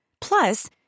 Plus